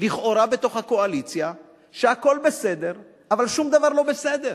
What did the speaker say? לכאורה בתוך הקואליציה שהכול בסדר אבל שום דבר לא בסדר.